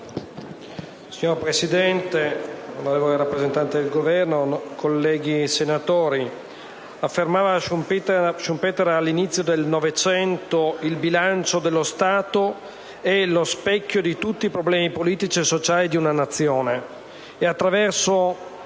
Signora Presidente, onorevole rappresentante del Governo, colleghi senatori, affermava Schumpeter all'inizio del Novecento, che il bilancio dello Stato è lo specchio di tutti i problemi politici e sociali di una Nazione.